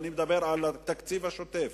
ואני מדבר על התקציב השוטף,